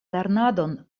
lernadon